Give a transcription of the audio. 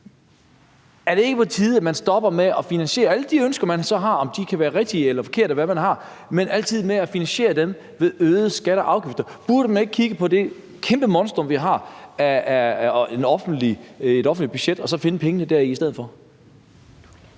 Er det ikke på tide, at man stopper med altid at finansiere alle de ønsker, man så har – og de kan være rigtige eller forkerte – ved øgede skatter og afgifter? Burde man ikke kigge på det kæmpe monstrum af et offentligt budget, vi har, og så finde pengene deri stedet for?